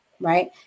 right